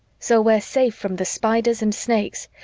so we're safe from the spiders and snakes,